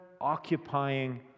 occupying